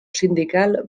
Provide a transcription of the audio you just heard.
sindical